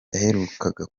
yaheruka